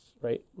right